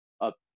up